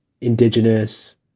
indigenous